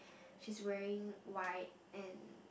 she's wearing white and